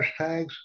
hashtags